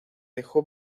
dejó